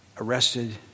arrested